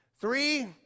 Three